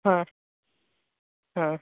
हां हां